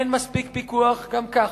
אין מספיק פיקוח גם כך,